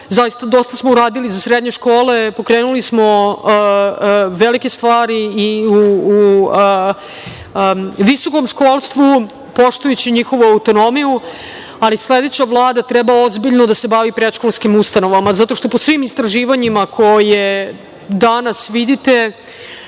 zaista dosta smo uradili i za srednje škole. Pokrenuli smo velike stvari i u visokom školstvu, poštujući autonomiju, ali sledeća Vlada treba ozbiljno da se bavi predškolskim ustanovama, zato što po svim istraživanjima koja danas vidite,